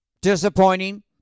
disappointing